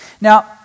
Now